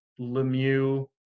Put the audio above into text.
Lemieux